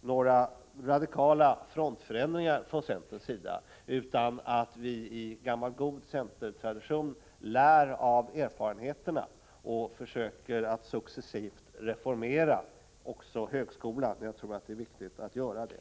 några radikala frontförändringar från centerns sida, utan det är fråga om att vi i gammal god centertradition lär av erfarenheterna och försöker att successivt reformera också högskolan. Jag tror att det är viktigt att göra det.